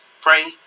Pray